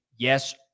yes